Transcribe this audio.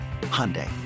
Hyundai